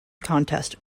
contest